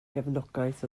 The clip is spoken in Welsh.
gefnogaeth